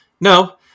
no